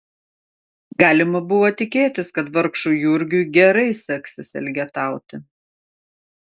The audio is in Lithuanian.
galima buvo tikėtis kad vargšui jurgiui gerai seksis elgetauti